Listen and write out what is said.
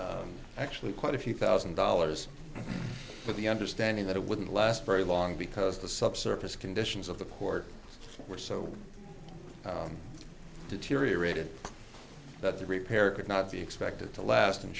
for actually quite a few thousand dollars with the understanding that it wouldn't last very long because the subsurface conditions of the port were so deteriorated that the repair could not be expected to last and